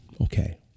okay